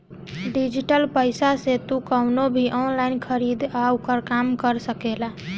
digital पईसा से तू कवनो भी ऑनलाइन खरीदारी कअ काम कर सकेला